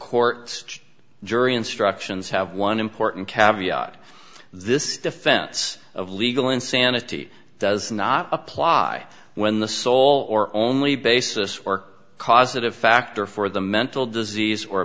court's jury instructions have one important caviar this defense of legal insanity does not apply when the sole or only basis or causative factor for the mental disease or